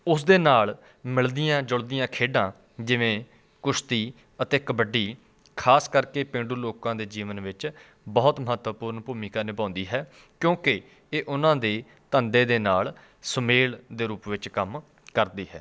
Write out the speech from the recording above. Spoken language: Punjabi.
ਉਸਦੇ ਨਾਲ ਮਿਲਦੀਆਂ ਜੁਲਦੀਆਂ ਖੇਡਾਂ ਜਿਵੇਂ ਕੁਸ਼ਤੀ ਅਤੇ ਕਬੱਡੀ ਖਾਸ ਕਰਕੇ ਪੇਂਡੂ ਲੋਕਾਂ ਦੇ ਜੀਵਨ ਵਿੱਚ ਬਹੁਤ ਮਹੱਤਵਪੂਰਨ ਭੂਮਿਕਾ ਨਿਭਾਉਂਦੀ ਹੈ ਕਿਉਂਕਿ ਇਹ ਉਹਨਾਂ ਦੇ ਧੰਦੇ ਦੇ ਨਾਲ ਸੁਮੇਲ ਦੇ ਰੂਪ ਵਿੱਚ ਕੰਮ ਕਰਦੀ ਹੈ